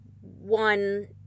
one